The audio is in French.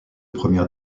première